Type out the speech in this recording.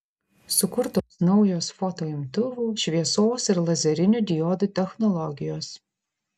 sukurtos naujos fotoimtuvų šviesos ir lazerinių diodų technologijos